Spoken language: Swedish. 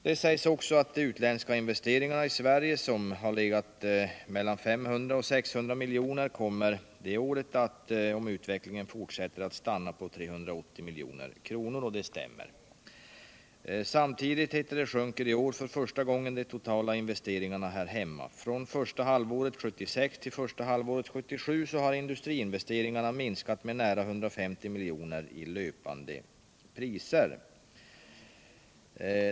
Där sägs också att de utländska investeringarna I Sverige, som har legat mellan 500 och 600 milj.kr.. om utvecklingen fortsätter kommer att stanna på 380 milj.kr. det året. Det stämmer. Samtidigt, heter det, sjunker i år för första gången de totala investeringarna här hemma. Från första halvåret 1976 till första halvåret 1977 har industriinvesteringarna minskat med nära 150 milj.kr. i löpande priser.